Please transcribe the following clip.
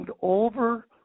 over